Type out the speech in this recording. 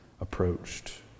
approached